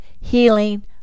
healing